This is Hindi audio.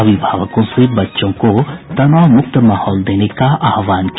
अभिभावकों से बच्चों को तनावमुक्त माहौल देने का आह्वान किया